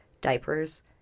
diapers